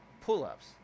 pull-ups